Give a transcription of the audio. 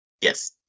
yes